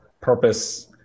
purpose